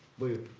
with